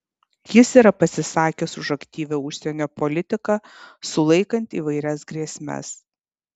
jis yra pasisakęs už aktyvią užsienio politiką sulaikant įvairias grėsmes